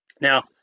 Now